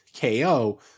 KO